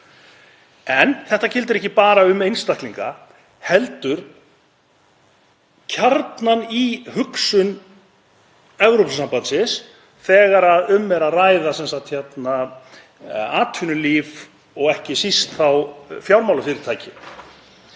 En þetta gildir ekki aðeins um einstaklinga heldur kjarnann í hugsun Evrópusambandsins þegar um er að ræða atvinnulíf og ekki síst fjármálafyrirtæki